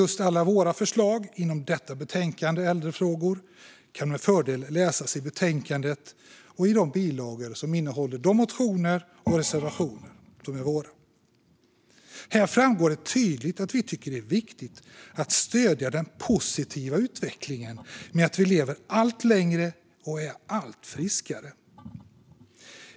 Alla våra förslag på området äldrefrågor kan med fördel läsas i betänkandet och i de bilagor som innehåller våra motioner och reservationer. Här framgår tydligt att vi tycker det är viktigt att stödja den positiva utvecklingen med att vi lever allt längre och är allt friskare.